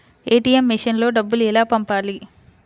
ATM మెషిన్లో డబ్బులు ఎలా పంపాలి?